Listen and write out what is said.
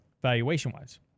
Valuation-wise